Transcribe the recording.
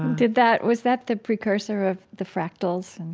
did that was that the precursor of the fractals?